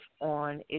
on